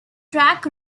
track